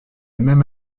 même